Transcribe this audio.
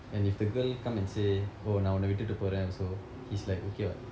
and if the girl come and say oh நான் உன்ன விட்டுட்டு போறேன்:naan unna vituttu poraen also he's like okay [what]